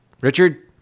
Richard